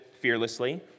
fearlessly